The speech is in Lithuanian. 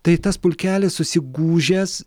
tai tas pulkelis susigūžęs